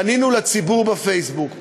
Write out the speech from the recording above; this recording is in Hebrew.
פנינו לציבור בפייסבוק,